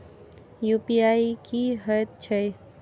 UPI की हएत छई?